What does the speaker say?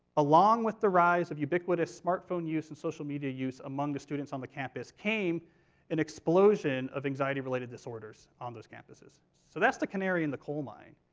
along with the rise of ubiquitous smartphone use and social media use among the students on the campus, came an explosion of anxiety-related disorders on those campuses. so that's the canary in the coal mine.